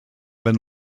been